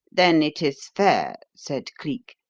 then it is fair, said cleek,